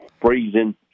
freezing